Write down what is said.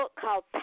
called